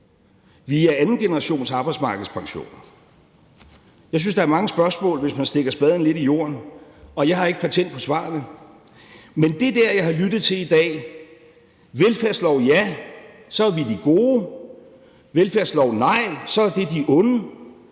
via andengenerationsarbejdsmarkedspensioner? Jeg synes, der er mange spørgsmål, hvis man stikker spaden lidt i jorden, og jeg har ikke patent på svarene. Men det der, jeg har lyttet til i dag, med, at siger man ja til velfærdslov, er man de gode,